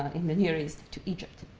in the near east to egypt.